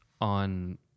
on